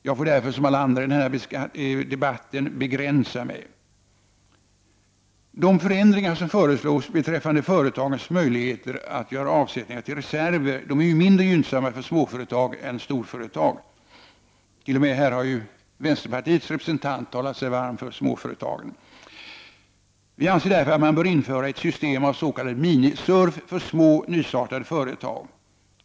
Jag får därför som alla andra i den här debatten begränsa mig. De förändringar som föreslås beträffande företagens möjligheter att göra avsättningar till reserver är mindre gynnsamma för småföretag än för storföretag. Här har ju t.o.m. vänsterpartiets representant talat sig varm för småföretagen. Vi anser därför att det bör införas ett system med s.k. mini SURV för små nystartade företag.